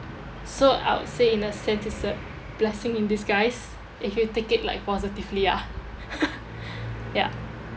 so I would say in a sense it's a blessing in disguise if you take it like positively ah ya